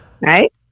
right